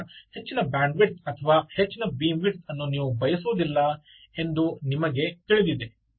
ಅಂತಹ ಹೆಚ್ಚಿನ ಬ್ಯಾಂಡ್ವಿಡ್ತ್ ಅಥವಾ ಹೆಚ್ಚಿನ ಬೀಮ್ ವಿಡ್ತ್ ಅನ್ನು ನೀವು ಬಯಸುವುದಿಲ್ಲ ಎಂದು ನಿಮಗೆ ತಿಳಿದಿದೆ